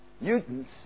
Newton's